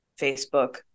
Facebook